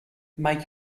make